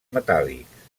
metàl·lics